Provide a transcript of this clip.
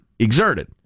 Exerted